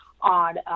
on